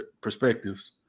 Perspectives